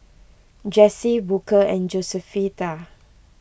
Jessie Booker and Josefita